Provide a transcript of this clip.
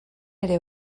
ere